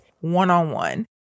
one-on-one